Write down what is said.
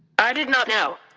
i did not know.